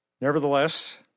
Nevertheless